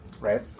right